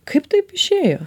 kaip taip išėjo